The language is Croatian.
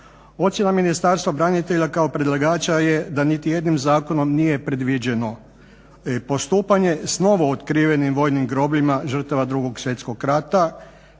ocjena Ministarstva branitelja kao predlagača je da nitijednim zakonom nije predviđeno postupanje s novootkrivenim vojnim grobljima žrtava 2. svjetskog rata,